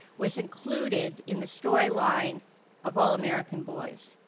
was included in the storyline of all american boys.